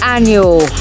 Annual